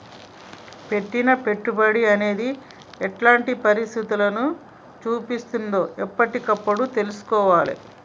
పెట్టిన పెట్టుబడి అనేది ఎలాంటి పనితీరును చూపిస్తున్నదో ఎప్పటికప్పుడు తెల్సుకోవాలే